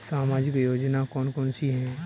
सामाजिक योजना कौन कौन सी हैं?